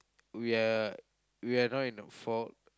we are we're not in the fault